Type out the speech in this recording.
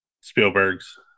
Spielberg's